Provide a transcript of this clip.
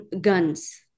guns